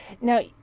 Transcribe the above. Now